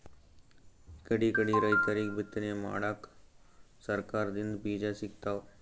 ಇಕಡಿಕಡಿ ರೈತರಿಗ್ ಬಿತ್ತನೆ ಮಾಡಕ್ಕ್ ಸರಕಾರ್ ದಿಂದ್ ಬೀಜಾ ಸಿಗ್ತಾವ್